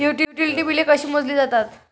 Utility बिले कशी मोजली जातात?